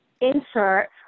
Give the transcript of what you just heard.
insert